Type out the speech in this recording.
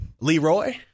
Leroy